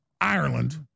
Ireland